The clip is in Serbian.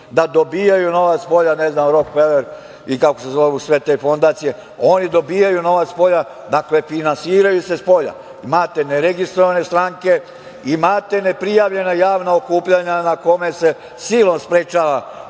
da dobiju novac od spolja, „Rokfeler“ i kako se zovu sve te fondacije. Oni dobijaju novac spolja, dakle, finansiraju se spolja. Imate neregistrovane stranke, imate neprijavljena javna okupljanja na kome se silom sprečava